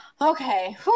okay